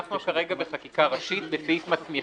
אנחנו כרגע בחקיקה ראשית בסעיף מסמיך.